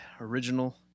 original